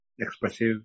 expressive